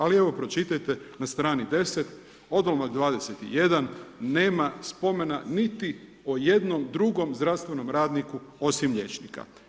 Ali evo pročitajte na strani 10, odlomak 21 nema spomena niti o jednom drugom zdravstvenom radniku osim liječnika.